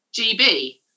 gb